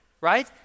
right